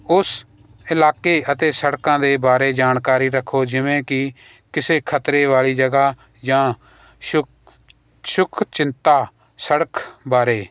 ਉਸ ਇਲਾਕੇ ਅਤੇ ਸੜਕਾਂ ਦੇ ਬਾਰੇ ਜਾਣਕਾਰੀ ਰੱਖੋ ਜਿਵੇਂ ਕਿ ਕਿਸੇ ਖਤਰੇ ਵਾਲੀ ਜਗ੍ਹਾ ਜਾਂ ਸ਼ੁਕ ਸ਼ੁਕ ਚਿੰਤਾ ਸੜਕ ਬਾਰੇ